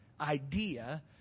idea